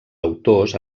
autors